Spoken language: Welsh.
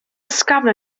ysgafn